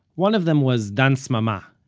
one of them was dan smama,